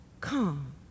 calm